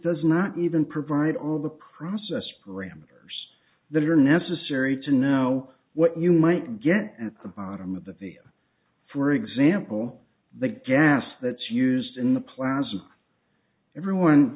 does not even provide all of the process parameters that are necessary to know what you might get at the bottom of the via for example the gas that's used in the plans and everyone